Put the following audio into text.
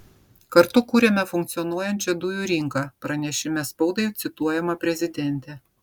kartu kuriame funkcionuojančią dujų rinką pranešime spaudai cituojama prezidentė